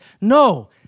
No